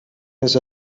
his